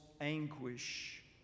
anguish